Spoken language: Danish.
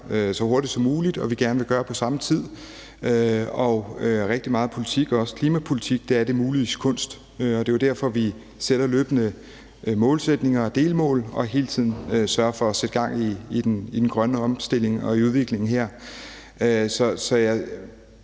så hurtigt som muligt, og som vi gerne vil gøre på samme tid. Rigtig meget politik, også klimapolitik, er det muliges kunst, og det er jo derfor, vi sætter løbende målsætninger og delmål og hele tiden sørger for at sætte gang i den grønne omstilling og i udviklingen her. Så man